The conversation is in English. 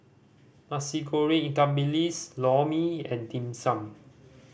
Nasi Goreng ikan bilis Lor Mee and Dim Sum